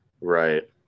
Right